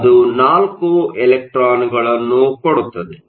ಅದು ನಾಲ್ಕು ಎಲೆಕ್ಟ್ರಾನ್ಗಳನ್ನು ಕೊಡುತ್ತದೆ